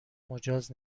مجاز